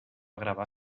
gravar